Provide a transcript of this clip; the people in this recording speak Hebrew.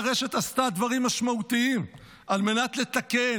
הרשת עשתה דברים משמעותיים על מנת לתקן,